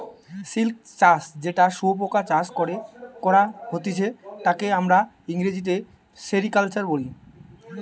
silk চাষ যেটা শুয়োপোকা চাষ করে করা হতিছে তাকে আমরা ইংরেজিতে সেরিকালচার বলি